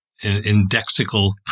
indexical